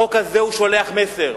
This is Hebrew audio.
החוק הזה שולח מסר.